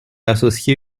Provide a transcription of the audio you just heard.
associé